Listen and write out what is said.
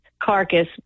carcass